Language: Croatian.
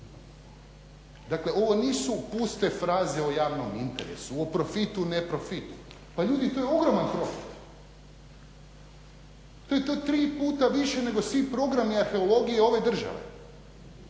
Dakle ovo nisu puste fraze o javnom interesu, o profitu, neprofitu, pa ljudi to je ogroman profit, to je tri puta više nego svi programi arheologije ove države,